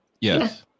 Yes